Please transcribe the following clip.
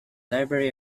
library